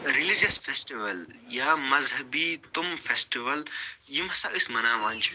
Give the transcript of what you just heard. religious festival یا مذہبی تِم فیٚسٹِوَل یِم ہسا أسۍ مناوان چھِ